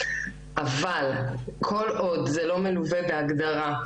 אבל כל עוד זה לא מלווה בהגדרה,